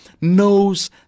knows